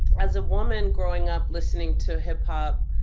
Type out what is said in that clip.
as a woman growing up listening to hip-hop,